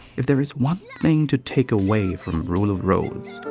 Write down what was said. if there is one thing to take away from rule of rose,